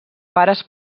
pares